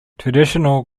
traditional